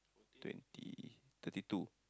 twenty thirty two